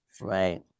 right